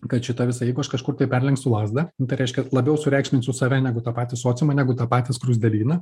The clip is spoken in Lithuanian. kad šitą visą jeigu aš kažkur tai perlenksiu lazdą nu tai reiškia labiau sureikšminsiu save negu tą patį sociumą negu tą patį skruzdėlyną